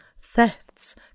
thefts